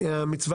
המצווה